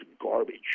garbage